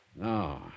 No